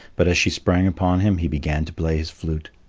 but as she sprang upon him, he began to play his flute.